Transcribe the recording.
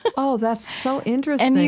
but oh, that's so interesting,